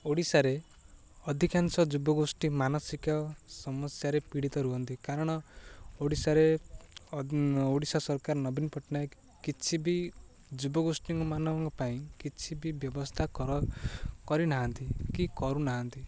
ଓଡ଼ିଶାରେ ଅଧିକାଂଶ ଯୁବଗୋଷ୍ଠୀ ମାନସିକ ସମସ୍ୟାରେ ପୀଡ଼ିତ ରୁହନ୍ତି କାରଣ ଓଡ଼ିଶାରେ ଓଡ଼ିଶା ସରକାର ନବୀନ ପଟ୍ଟନାୟକ କିଛି ବି ଯୁବଗୋଷ୍ଠୀମାନଙ୍କ ପାଇଁ କିଛି ବି ବ୍ୟବସ୍ଥା କର କରିନାହାନ୍ତି କି କରୁନାହାନ୍ତି